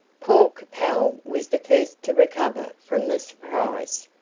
paul capel was the first to recover from the surprise,